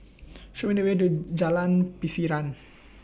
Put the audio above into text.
Show Me The Way to Jalan Pasiran